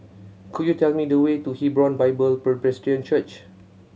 could you tell me the way to Hebron Bible Presbyterian Church